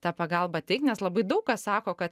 tą pagalbą teikt nes labai daug kas sako kad